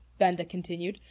benda continued,